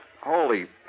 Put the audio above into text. Holy